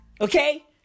Okay